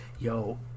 yo